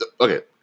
Okay